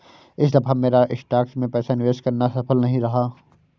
इस दफा मेरा स्टॉक्स में पैसा निवेश करना सफल नहीं रहा